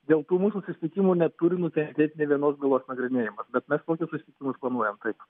dėl tų mūsų susitikimų neturi nukentėt nė vienos bylos nagrinėjimas bet mes tokius susitikimus planuojam taip